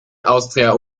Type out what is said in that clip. austria